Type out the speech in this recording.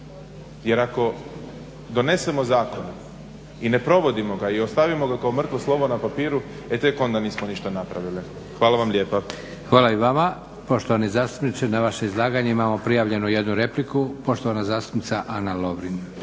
jer ako donesemo zakon i ne provodimo ga i ostavimo ga kao mrtvo slovo na papiru, e tek onda nismo ništa napravili. Hvala vam lijepa. **Leko, Josip (SDP)** Hvala i vama. Poštovani zastupniče na vaše izlaganje imamo prijavljenu jednu repliku, poštovana zastupnica Ana Lovrin.